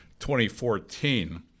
2014